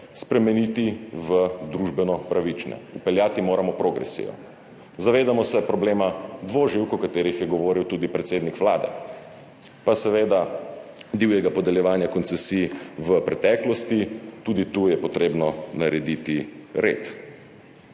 spremeniti v družbeno pravične. Vpeljati moramo progresijo. Zavedamo se problema dvoživk, o katerih je govoril tudi predsednik Vlade, pa seveda divjega podeljevanja koncesij v preteklosti, tudi tu je treba narediti red.